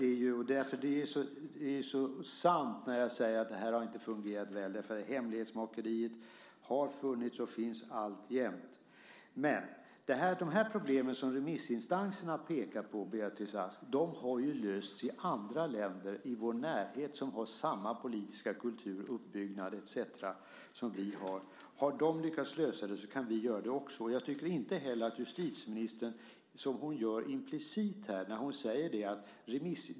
Det är så sant när jag säger att detta inte har fungerat väl. Hemlighetsmakeriet har funnits och finns alltjämt. De problem som remissinstanserna pekar på, Beatrice Ask, har lösts i andra länder i vår närhet som har samma politiska kultur, uppbyggnad etcetera som vi har. Om de har lyckats lösa det så kan vi göra det också. Jag tycker inte att justitieministern ska göra som hon gör implicit här när hon säger detta.